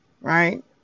right